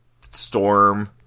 Storm